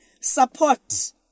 support